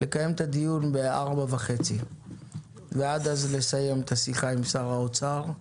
לקיים את הדיון ב-16:30 ועד אז לסיים את השיחה עם שר האוצר.